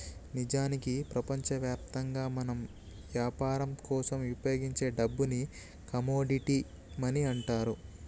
నిజానికి ప్రపంచవ్యాప్తంగా మనం యాపరం కోసం ఉపయోగించే డబ్బుని కమోడిటీ మనీ అంటారు